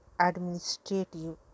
administrative